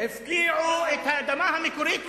הפקיעו את האדמה המקורית מערבים,